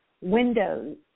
Windows